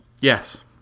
Yes